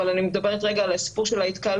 אבל אני מדברת רגע על הסיפור של ההתקהלויות,